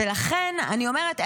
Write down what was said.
ולכן אני אומרת,